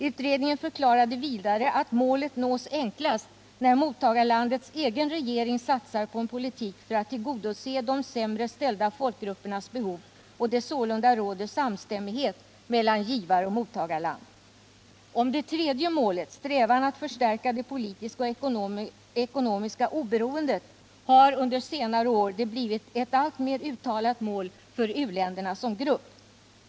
Utredningen förklarade också att målet nås enklast när mottagarlandets egen regering satsar på en politik för att tillgodose de sämre ställda folkgruppernas behov och det sålunda råder samstämmighet mellan givaroch mottagarland. Det tredje målet, strävan att förstärka det politiska och ekonomiska oberoendet, har under senare år blivit ett alltmer uttalat mål för u-länderna som grupp.